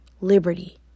liberty